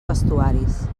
vestuaris